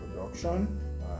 production